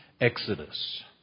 exodus